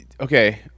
okay